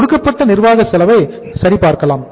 கொடுக்கப்பட்ட நிர்வாக செலவை சரி பார்க்கலாம்